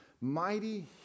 mighty